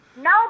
No